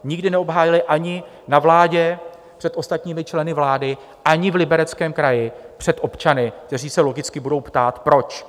Nikdy neobhájili ani na vládě před ostatními členy vlády, ani v Libereckém kraji před občany, kteří se logicky budou ptát proč?